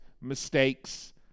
mistakes